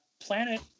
planet